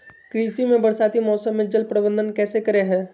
कृषि में बरसाती मौसम में जल प्रबंधन कैसे करे हैय?